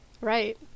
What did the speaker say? Right